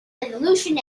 resolution